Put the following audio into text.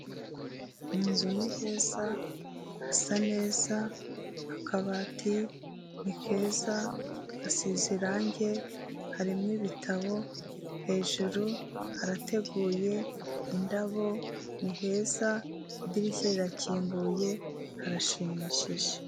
Mu nzu ni heza, hasa neza, akabati ni keza gasize irange, harimo ibitabo, hejuru harateguye indabo ni heza, idirishya rirakinguye harashimishije.